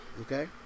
okay